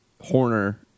Horner